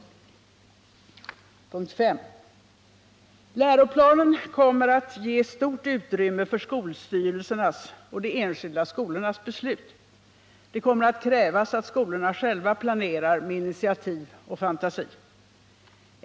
För det femte: Läroplanen kommer att ge stort utrymme för skolstyrelsernas och de enskilda skolornas beslut. Det kommer att krävas att skolorna själva planerar med initiativkraft och fantasi.